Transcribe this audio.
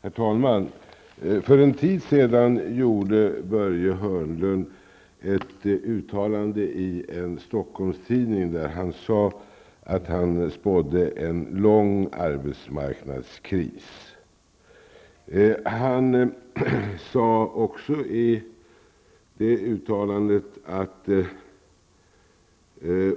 Herr talman! För en tid sedan gjorde Börje Hörnlund ett uttalande i en Stockholmstidning där han sade att han spådde en lång arbetsmarknadskris. Han sade också i det uttalandet att